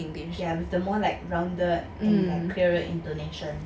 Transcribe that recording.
english with the more like rounded like clearer intonations